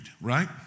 right